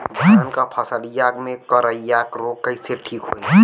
धान क फसलिया मे करईया रोग कईसे ठीक होई?